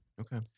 Okay